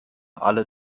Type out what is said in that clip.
alle